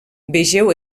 vegeu